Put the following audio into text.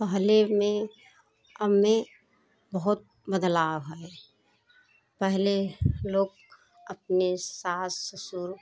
पहले में अब में बहुत बदलाव है पहले लोग अपने सास ससुर